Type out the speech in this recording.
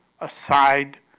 aside